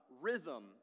rhythm